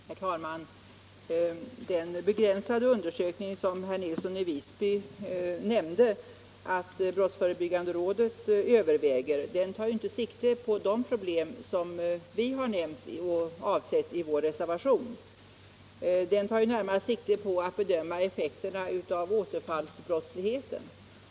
Herr talman! Den begränsade undersökning som herr Nilsson i Visby nämnde att brottsförebyggande rådet överväger tar ju inte sikte på de problem som vi har avsett i vår reservation. Den tar närmast sikte på att bedöma effekterna av återfallsbrottsligheten.